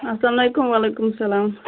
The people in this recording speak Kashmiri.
اسلام علیکُم وعلیکُم سلام